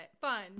Fun